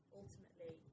ultimately